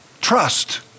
Trust